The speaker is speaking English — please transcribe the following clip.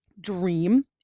Dream